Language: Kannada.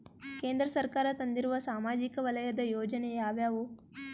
ಕೇಂದ್ರ ಸರ್ಕಾರ ತಂದಿರುವ ಸಾಮಾಜಿಕ ವಲಯದ ಯೋಜನೆ ಯಾವ್ಯಾವು?